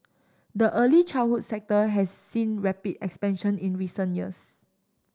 the early childhood sector has seen rapid expansion in recent years